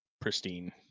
pristine